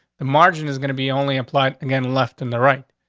the margin is gonna be only applied again, left in the right,